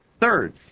Third